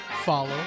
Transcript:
Follow